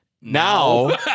Now